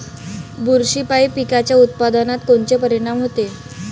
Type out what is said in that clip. बुरशीपायी पिकाच्या उत्पादनात कोनचे परीनाम होते?